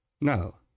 No